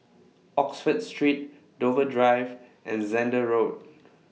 Oxford Street Dover Drive and Zehnder Road